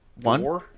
One